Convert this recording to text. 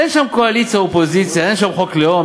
אין שם קואליציה אופוזיציה, אין שום חוק לאום.